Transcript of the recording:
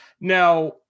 now